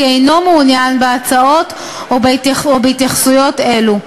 אינו מעוניין בהצעות או בהתייחסויות אלו,